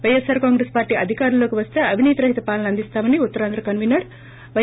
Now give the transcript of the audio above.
YSR Congress party అధికారంలోకి వస్తే అవినీతి రహిత పాలన అందిస్తామని ఉత్తరాంధ్ర కన్వీనర్ వై